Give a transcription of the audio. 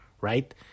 right